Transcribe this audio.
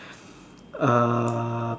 uh